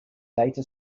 data